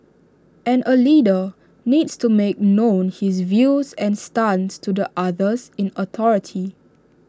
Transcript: and A leader needs to make known his views and stance to the others in authority